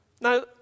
Now